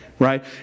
right